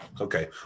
Okay